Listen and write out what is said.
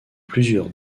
plusieurs